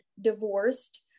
divorced